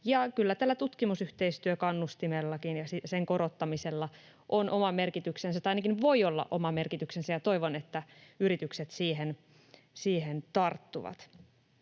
kyllä tällä tutkimusyhteistyökannustimellakin ja sen korottamisella on oma merkityksensä, tai ainakin voi olla oma merkityksensä, ja toivon, että yritykset siihen tarttuvat.